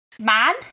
man